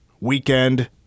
weekend